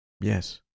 Yes